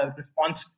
response